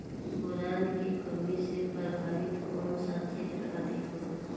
Boron के कमी से प्रभावित कौन सा क्षेत्र अधिक होला?